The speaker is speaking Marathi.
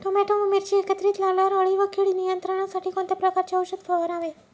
टोमॅटो व मिरची एकत्रित लावल्यावर अळी व कीड नियंत्रणासाठी कोणत्या प्रकारचे औषध फवारावे?